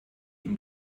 ihm